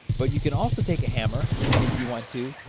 but you can also take a hammer, and if you want to,